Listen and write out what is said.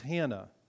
Hannah